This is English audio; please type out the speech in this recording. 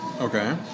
Okay